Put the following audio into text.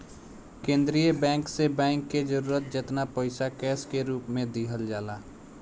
केंद्रीय बैंक से बैंक के जरूरत जेतना पईसा कैश के रूप में दिहल जाला